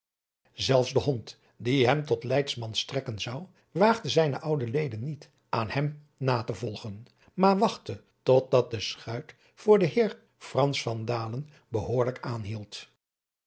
zelfs de hond die hem tot leidsman strekken zou waagde zijne oude leden niet aan hem na te volgen maar wachtte tot dat de schuit voor den heer frans van